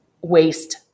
waste